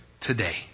Today